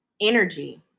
Energy